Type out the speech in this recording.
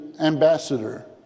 ambassador